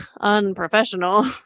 Unprofessional